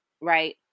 right